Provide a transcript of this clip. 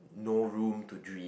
no room to dream